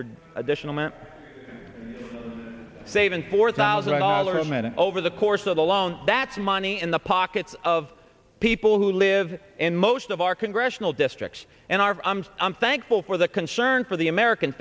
word additional meant saving four thousand dollars a minute over the course of the loan that's money in the pockets of people who live in most of our congressional districts and i'm thankful for the concern for the american